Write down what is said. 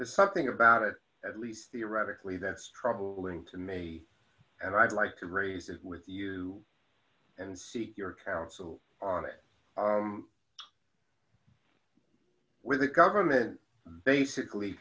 there's something about it at least theoretically that's troubling to me and i'd like to raise it with you and see your counsel on it with the government basically